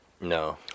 No